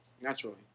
naturally